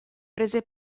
prese